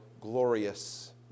glorious